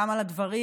גם על הדברים,